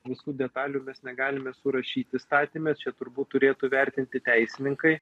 visų detalių mes negalime surašyt įstatyme čia turbūt turėtų vertinti teisininkai